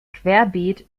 querbeet